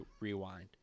Rewind